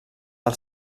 del